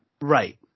Right